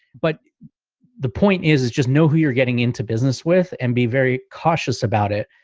but the point is, is just know who you're getting into business with and be very cautious about it.